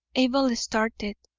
abel started.